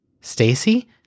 Stacy